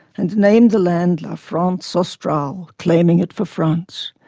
and named the land la france australe claiming it for france.